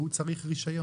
הוא צריך רישיון.